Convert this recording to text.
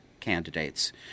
candidates